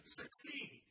succeed